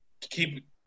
keep